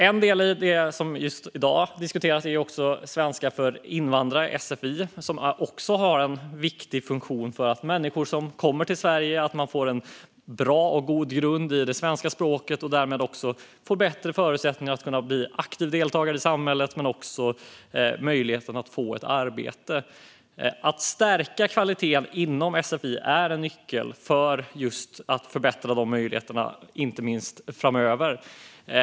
En del i det som vi diskuterar i dag är svenska för invandrare, sfi, som har en viktig funktion för att människor som kommer till Sverige ska få en god grund i det svenska språket och därmed bättre förutsättningar att bli aktiva deltagare i samhället men också möjligheten att få ett arbete. Att stärka kvaliteten inom sfi är en nyckel för att förbättra dessa möjligheter, inte minst framöver.